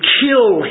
kill